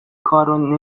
کارو